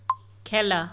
খেলা